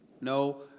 No